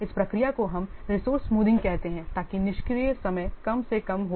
इस प्रक्रिया को हम रिसोर्स स्मूथिंग कहते हैं ताकि निष्क्रिय समय कम से कम हो